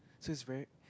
so is very